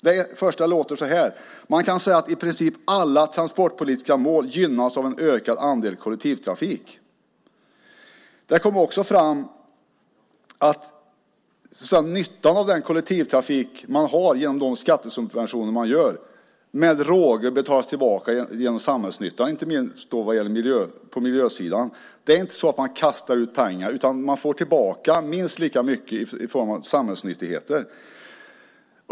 Det första är följande: "Man kan säga att i princip alla transportpolitiska mål gynnas av en ökad andel kollektivtrafik." Det kom också fram att nyttan av den kollektivtrafik man har genom skattesubventionerna med råge betalas tillbaka genom samhällsnyttan, inte minst på miljösidan. Det är inte så att man kastar ut pengar, utan man får tillbaka minst lika mycket i form av samhällsnyttigheter.